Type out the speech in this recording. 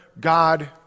God